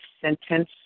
sentence